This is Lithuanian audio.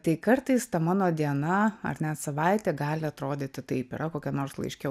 tai kartais ta mano diena ar net savaitė gali atrodyti taip yra kokia nors laiške